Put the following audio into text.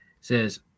says